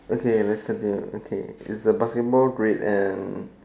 okay let's continue okay is a basketball red and